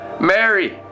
Mary